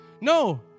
No